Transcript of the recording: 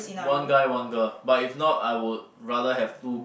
one guy one girl but if not I would rather have two